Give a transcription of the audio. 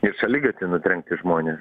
ir šaligatvy nutrenkti žmone